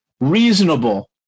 reasonable